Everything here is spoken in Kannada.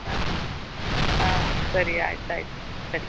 ಹಾಂ ಹಾಂ ಸರಿ ಆಯಿತಾಯ್ತು ಸರಿ